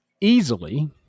easily